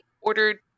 ordered